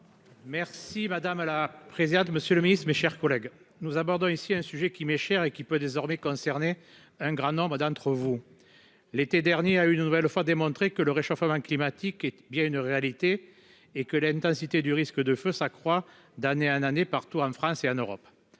Merci madame la présidente, monsieur le Ministre, mes chers collègues, nous abordons ici un sujet qui m'est cher et qui peut désormais concerner un grand nombre d'entre vous, l'été dernier, a une nouvelle fois démontré que le réchauffement climatique est bien une réalité et que l'intensité du risque de feu s'accroît d'année un année partout en France et en Europe